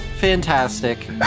Fantastic